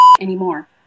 anymore